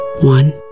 One